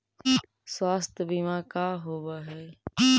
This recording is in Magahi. स्वास्थ्य बीमा का होव हइ?